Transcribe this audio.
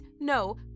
no